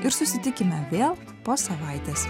ir susitikime vėl po savaitės